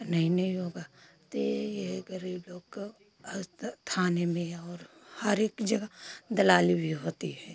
अ नहीं नहीं होगा तो यह यह ग़रीब लोग को उस तो थाने में और हर एक जगह दलाली भी होती है